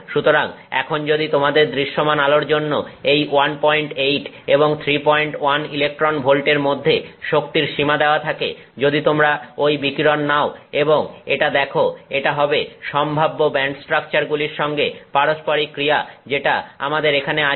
সুতরাং এখন যদি তোমাদের দৃশ্যমান আলোর জন্য এই 18 এবং 31 ইলেকট্রন ভোল্টের মধ্যে শক্তির সীমা দেওয়া থাকে যদি তোমরা ওই বিকিরণ নাও এবং এটা দেখো এটা হবে সম্ভাব্য ব্যান্ড স্ট্রাকচারগুলির সঙ্গে পারস্পরিক ক্রিয়া যেটা আমাদের এখানে আছে